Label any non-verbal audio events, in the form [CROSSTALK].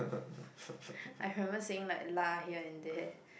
[LAUGHS] I remember saying like lah here and there